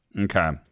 Okay